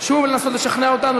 שוב לנסות לשכנע אותנו.